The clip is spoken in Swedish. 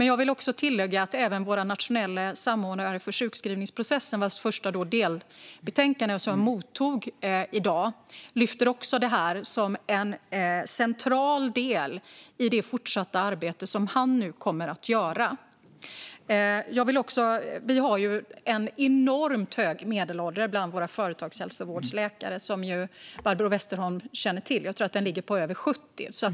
Jag vill också tillägga att även vår nationella samordnare för sjukskrivningsprocessen, vars första delbetänkande vi mottog i dag, lyfter fram detta som en central del i det fortsatta arbete som han nu kommer att göra. Vi har en enormt hög medelålder bland våra företagshälsovårdsläkare, som Barbro Westerholm känner till. Jag tror att den ligger på över 70 år.